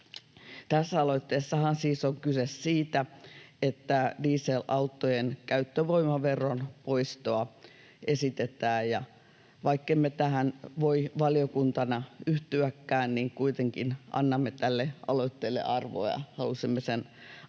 Tässä aloitteessahan siis on kyse siitä, että dieselautojen käyttövoimaveron poistoa esitetään. Vaikkemme tähän voikaan valiokuntana yhtyä, niin kuitenkin annamme tälle aloitteelle arvoa ja halusimme sen